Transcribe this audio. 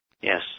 Yes